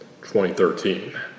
2013